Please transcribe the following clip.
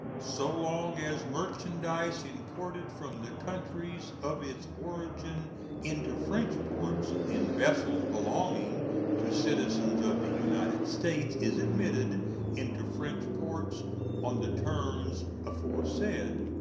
so long as merchandise imported from the countries of its origin into french ports in vessels belonging to citizens of the united states is admitted into french ports on the terms aforesaid,